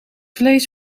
vlees